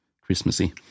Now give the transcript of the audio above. Christmassy